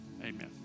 amen